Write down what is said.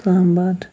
اَسلام آباد